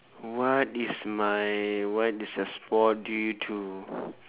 what is my what is a sport do you to